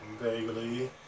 Vaguely